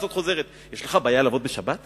הזאת חוזרת: יש לך בעיה לעבוד בשבת?